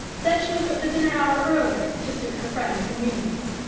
said she would put the dinner-hour earlier, to suit her friend's convenience.